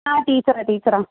ആ ടീച്ചറാ ടീച്ചറാ